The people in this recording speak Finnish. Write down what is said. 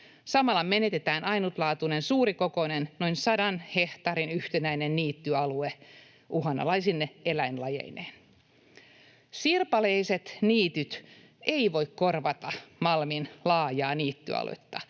Samalla menetetään ainutlaatuinen suurikokoinen, noin 100 hehtaarin yhtenäinen niittyalue uhanalaisine eläinlajeineen. Sirpaleiset niityt eivät voi korvata Malmin laajaa niittyaluetta,